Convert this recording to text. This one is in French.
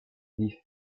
vif